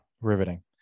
Riveting